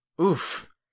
Oof